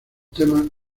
temas